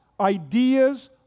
ideas